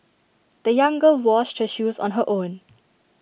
the young girl washed her shoes on her own